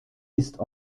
ist